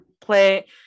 play